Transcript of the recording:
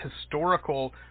historical